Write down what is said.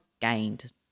gained